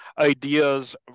ideas